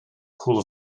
pool